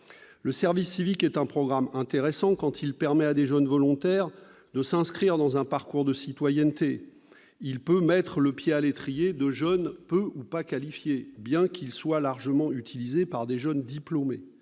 Le service civique est un programme intéressant quand il permet à de jeunes volontaires de s'inscrire dans un parcours de citoyenneté. Il peut mettre le pied à l'étrier à des jeunes peu qualifiés, ou pas qualifiés, bien qu'il soit largement utilisé par des jeunes diplômés.